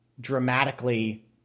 dramatically